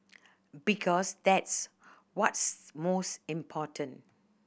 because that's what's most important